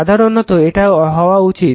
সাধারণত এটা হওয়া উচিত L1 2 M